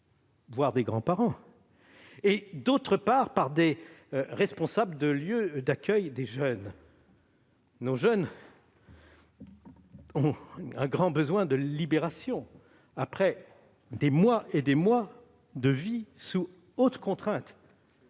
voire des grands-parents et, d'autre part, par les responsables de lieux d'accueil de jeunes. Nos jeunes ont un grand besoin de liberté après des mois et des mois d'une vie sous forte contrainte,